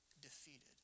defeated